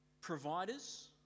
providers